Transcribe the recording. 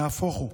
נהפוך הוא.